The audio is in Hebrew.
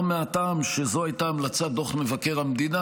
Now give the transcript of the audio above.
מהטעם שזו הייתה המלצת דוח מבקר המדינה,